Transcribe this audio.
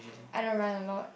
I don't run a lot